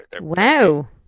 Wow